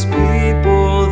people